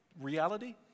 reality